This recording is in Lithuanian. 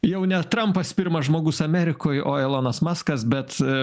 jau ne trampas pirmas žmogus amerikoj o elonas maskas bet